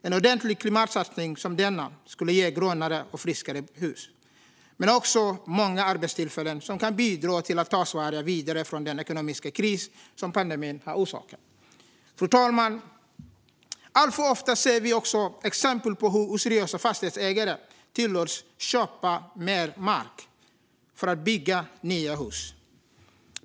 En ordentlig klimatsatsning som denna skulle ge grönare och friskare hus, men också många arbetstillfällen som kan bidra till att ta Sverige vidare från den ekonomiska kris som pandemin har orsakat. Fru talman! Alltför ofta ser vi exempel på hur oseriösa fastighetsägare tillåts köpa mer mark för att bygga nya hus.